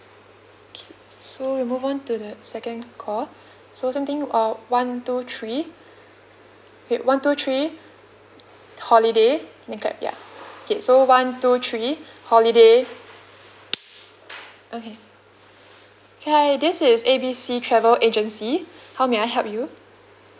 okay so we move on to the second call so same thing orh one two three wait one two three holiday then clap ya okay so one two three holiday okay hi this is A B C travel agency how may I help you